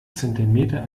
zentimeter